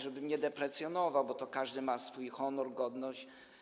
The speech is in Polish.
Żebym nie deprecjonował, bo każdy ma swój honor, godność.